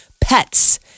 Pets